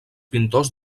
pintors